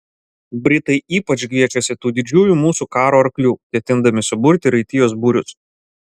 britai ypač gviešiasi tų didžiųjų mūsų karo arklių ketindami suburti raitijos būrius